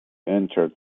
entered